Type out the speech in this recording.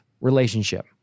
relationship